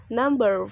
number